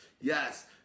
Yes